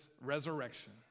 resurrection